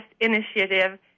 initiative